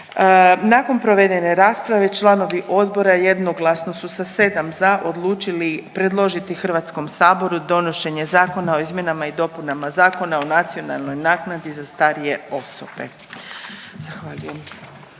Nakon provedene rasprave članovi odbora jednoglasno su sa 7 za odlučili predložiti HS donošenje Zakona o izmjenama i dopunama Zakona o nacionalnoj naknadi za starije osobe. Zahvaljujem.